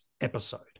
episode